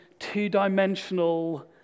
Two-dimensional